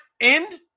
end